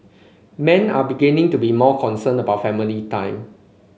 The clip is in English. men are beginning to be more concerned about family time